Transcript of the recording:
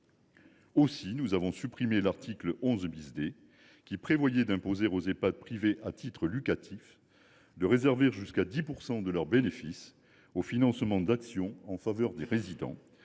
Aussi avons nous supprimé l’article 11 D, qui prévoyait d’imposer aux Ehpad privés à but lucratif de réserver jusqu’à 10 % de leurs bénéfices au financement d’actions en faveur des résidents,